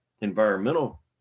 environmental